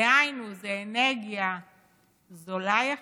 דהיינו, זו אנרגיה זולה יחסית,